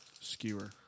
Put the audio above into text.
skewer